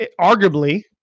arguably